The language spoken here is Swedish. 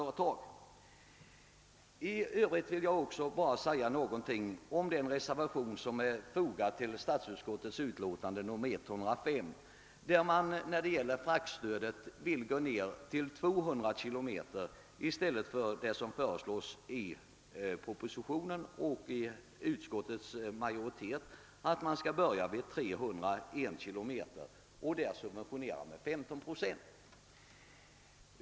Jag vill något kommentera den reservation, nr 4, som är fogad till statsutskottets utlåtande nr 105, där man beträffande fraktstödet vill gå ned till 200 km i stället för vad som föreslås i propositionen och av utskottets majoritet, nämligen att man skall börja vid 301 km och subventionera med 15 procent.